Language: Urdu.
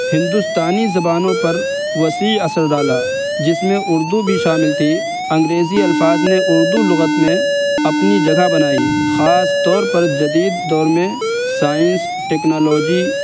ہندوستانی زبانوں پر وسیع اثر ڈالا جس میں اردو بھی شامل تھی انگریزی الفاظ نے اردو لغت میں اپنی جگہ بنائی خاص طور پر جدید دور میں سائنس ٹکنالوجی